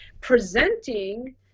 presenting